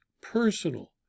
personal